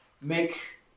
make